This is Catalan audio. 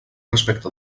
respecte